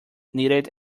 needed